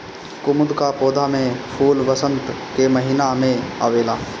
कुमुद कअ पौधा में फूल वसंत के महिना में आवेला